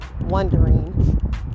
wondering